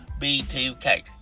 B2K